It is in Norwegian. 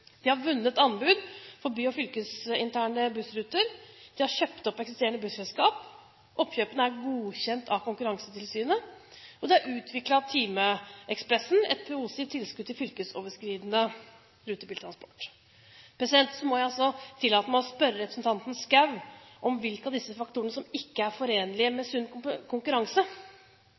De har vunnet anbud for by- og fylkesinterne bussruter, de har kjøpt opp eksisterende busselskaper, der oppkjøpene er godkjent av Konkurransetilsynet, og de har utviklet TIMEkspressen, et positivt tilskudd til fylkesoverskridende rutebiltransport. Jeg må tillate meg å spørre representanten Schou hvilke av disse faktorene som ikke er forenlig med sunn konkurranse.